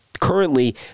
currently